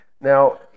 Now